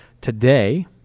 today